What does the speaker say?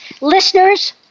Listeners